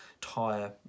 tire